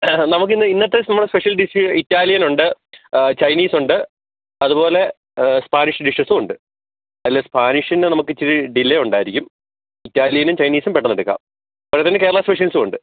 നമുക്കിന്ന് ഇന്നത്തെ നമ്മുടെ സ്പെഷ്യൽ ഡിഷ് ഇറ്റാലിയൻ ഉണ്ട് ചൈനീസ് ഉണ്ട് അതുപോലെ സ്പാനിഷ് ഡിഷസും ഉണ്ട് അതിൽ സ്പാനിഷിന് നമുക്ക് ഇച്ചിരി ഡിലെ ഉണ്ടായിരിക്കും ഇറ്റലിയനും ചൈനീസും പെട്ടെന്ന് എടുക്കാം അതുപിന്നെ കേരള സ്പെഷ്യൽസും ഉണ്ട്